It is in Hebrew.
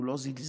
הוא לא זלזל,